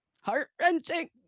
heart-wrenching